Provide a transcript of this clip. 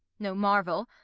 no marvel,